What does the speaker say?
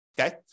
okay